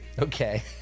okay